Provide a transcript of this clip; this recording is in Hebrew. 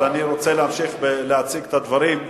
אבל אני רוצה להמשיך להציג את הדברים.